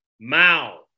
Mao